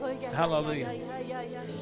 Hallelujah